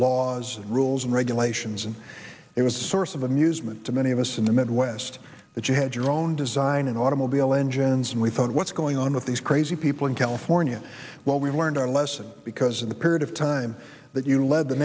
laws rules and regulations and it was a source of amusement to many of us in the midwest that you had your own design and automobile engines and we thought what's going on with these crazy people in california well we've learned our lesson because in the period of time that you lead the